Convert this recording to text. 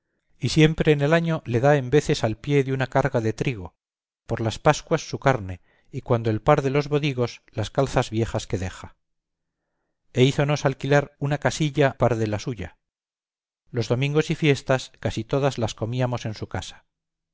y siempre en el año le da en veces al pie de una carga de trigo por las pascuas su carne y cuando el par de los bodigos las calzas viejas que deja e hízonos alquilar una casilla par de la suya los domingos y fiestas casi todas las comíamos en su casa